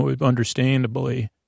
understandably